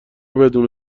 بدون